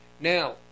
Now